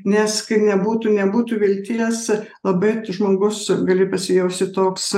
nes kai nebūtų nebūtų vilties labai žmogus gali pasijausti toks